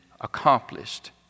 accomplished